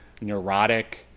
neurotic